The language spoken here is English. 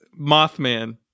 mothman